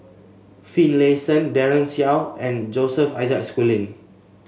Finlayson Daren Shiau and Joseph Isaac Schooling